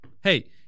hey